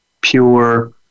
pure